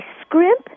scrimp